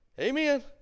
Amen